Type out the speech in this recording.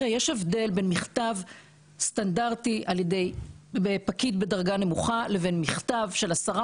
יש הבדל בין מכתב סטנדרטי על ידי פקיד בדרגה נמוכה לבין מכתב בן עשרה